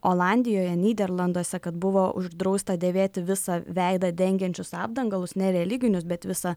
olandijoje nyderlanduose kad buvo uždrausta dėvėti visą veidą dengiančius apdangalus nereliginius bet visą